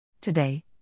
Today